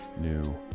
new